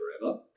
forever